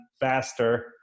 faster